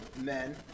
men